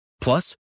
Plus